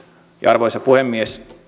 arvoisa puhemies